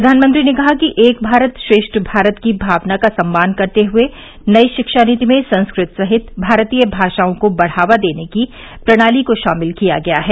प्रधानमंत्री ने कहा कि एक भारत श्रेष्ठ भारत की भावना का सम्मान करते हुए नई शिक्षा नीति में संस्कृत सहित भारतीय भाषाओं को बढ़ावा देने की प्रणाली को शामिल किया गया है